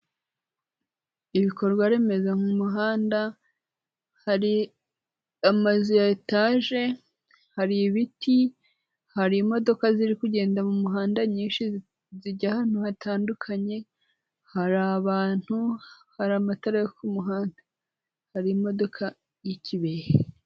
Ibikorwa remezo mu muhanda, hari amazu ya etaje, hari ibiti, hari imodoka ziri kugenda mu muhanda nyinshi zijya ahantu hatandukanye, hari abantu, hari amatara yo ku muhanda, hari imodoka y'ikibehe.